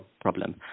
problem